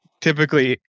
typically